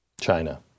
China